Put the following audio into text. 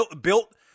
built –